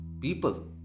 people